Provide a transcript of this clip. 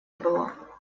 было